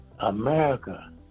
America